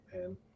man